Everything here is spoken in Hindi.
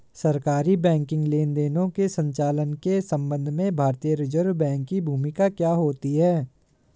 सरकारी बैंकिंग लेनदेनों के संचालन के संबंध में भारतीय रिज़र्व बैंक की भूमिका क्या होती है?